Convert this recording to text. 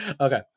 Okay